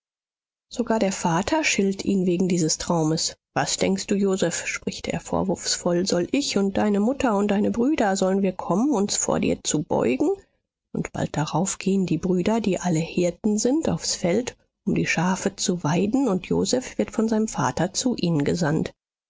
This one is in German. sogar der vater schilt ihn wegen dieses traumes was denkst du joseph spricht er vorwurfsvoll soll ich und deine mutter und deine brüder sollen wir kommen uns vor dir zu beugen und bald darauf gehen die brüder die alle hirten sind aufs feld um die schafe zu weiden und joseph wird von seinem vater zu ihnen gesandt